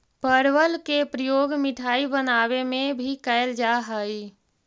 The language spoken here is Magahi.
परवल के प्रयोग मिठाई बनावे में भी कैल जा हइ